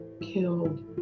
killed